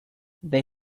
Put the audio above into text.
they